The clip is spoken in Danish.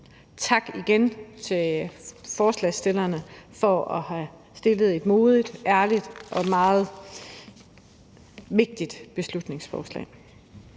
tak til forslagsstillerne for at have fremsat et modigt, ærligt og meget vigtigt beslutningsforslag.